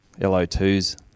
LO2's